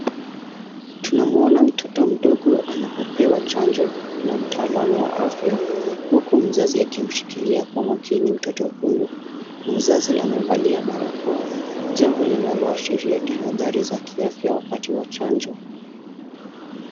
Tunamuona mtoto mdogo anapopewa chanjo na mtaalamu wa afya huku mzazi akimshikilia kwa makini mtoto huyo. Mzazi amevalia barakoa, jambo linaloashiria tahathari za kiafya wakati wa chanjo.